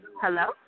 Hello